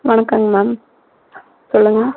வணக்கம்ங்க மேம் சொல்லுங்கள்